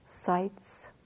Sights